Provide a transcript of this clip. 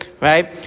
right